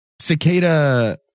Cicada